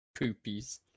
Poopies